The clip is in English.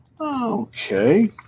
Okay